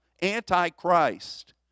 anti-Christ